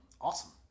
Awesome